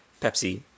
Pepsi